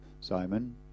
Simon